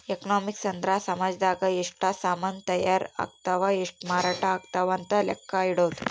economics ಅಂದ್ರ ಸಾಮಜದಾಗ ಎಷ್ಟ ಸಾಮನ್ ತಾಯರ್ ಅಗ್ತವ್ ಎಷ್ಟ ಮಾರಾಟ ಅಗ್ತವ್ ಅಂತ ಲೆಕ್ಕ ಇಡೊದು